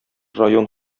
район